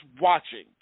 watching